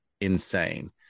insane